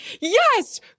yes